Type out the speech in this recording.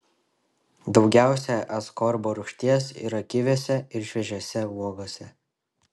daugiausia askorbo rūgšties yra kiviuose ir šviežiose uogose